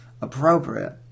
appropriate